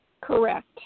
Correct